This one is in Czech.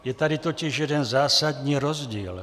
Je tady totiž jeden zásadní rozdíl.